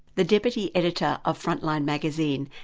the deputy editor of frontline magazine,